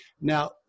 Now